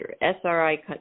SRI